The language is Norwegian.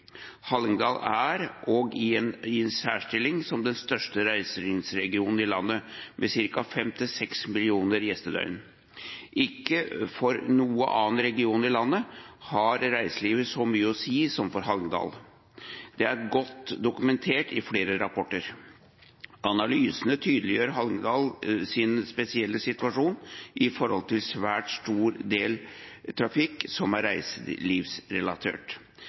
Hallingdal er også i særstilling den største reiselivsregionen i landet, med mellom 5 millioner og 6 millioner gjestedøgn. Ikke for noen annen region i landet har reiselivet så mye å si som for Hallingdal. Det er godt dokumentert i flere rapporter. Analysene tydeliggjør Hallingdals spesielle situasjon med tanke på at en svært stor del av trafikken er reiselivsrelatert.